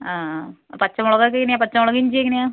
ആ ആ പച്ചമുളകൊക്കെ എങ്ങനെ പച്ചമുളക് ഇഞ്ചി എങ്ങനെയാണ്